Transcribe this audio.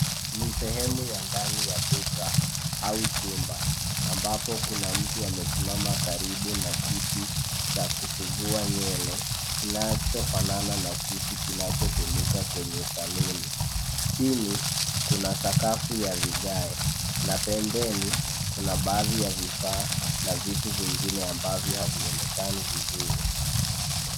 Ni sehemu ya ndani ya duka au chumba ambapo kuna mtu amesimama karibu na kiti cha kusugua nywele kinachofanana na kiti kinachotumika kwenye saluni. Chini, kuna sakafu ya vigae na pembeni, kuna baadhi ya vifaa na vitu vingine ambavyo havionekani vizuri.